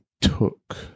took